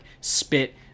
spit